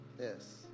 Yes